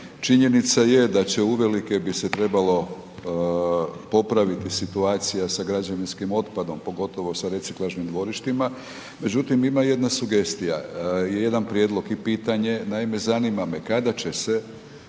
Činjenica je da će uvelike bi se trebalo popraviti situacija sa građevinskim otpadom pogotovo sa reciklažnim dvorištima, međutim ima jedna sugestija, jedan prijedlog i pitanje. Naime, zanima me kada će se